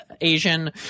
Asian